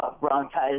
bronchitis